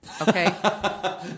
Okay